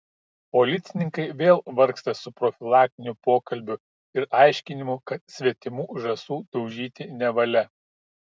policininkai vėl vargsta su profilaktiniu pokalbiu ir aiškinimu kad svetimų žąsų daužyti nevalia